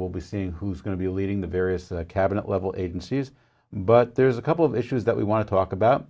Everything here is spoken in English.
will be seeing who's going to be leading the various cabinet level agencies but there's a couple of issues that we want to talk about